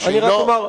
שהיא לא,